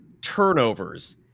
turnovers